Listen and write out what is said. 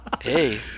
Hey